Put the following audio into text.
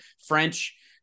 French